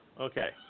okay